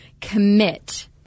commit